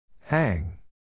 Hang